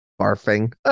Barfing